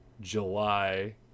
July